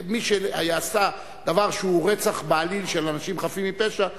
מי שעשה דבר שהוא רצח בעליל של אנשים חפים מפשע,